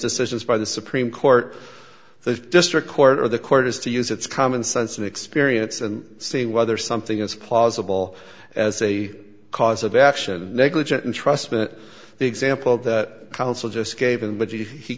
decisions by the supreme court the district court or the court has to use its common sense and experience and see whether something is plausible as a cause of action negligent entrustment the example that council just gave him but he